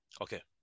okay